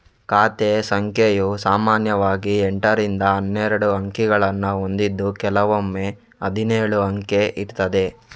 ಖಾತೆ ಸಂಖ್ಯೆಯು ಸಾಮಾನ್ಯವಾಗಿ ಎಂಟರಿಂದ ಹನ್ನೆರಡು ಅಂಕಿಗಳನ್ನ ಹೊಂದಿದ್ದು ಕೆಲವೊಮ್ಮೆ ಹದಿನೇಳು ಅಂಕೆ ಇರ್ತದೆ